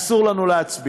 אסור לנו להצביע.